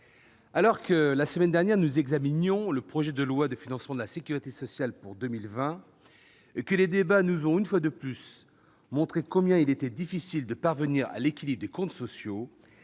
examinions la semaine dernière le projet de loi de financement de la sécurité sociale pour 2020 et que les débats nous ont une fois de plus montré combien il était difficile de parvenir à l'équilibre des comptes sociaux,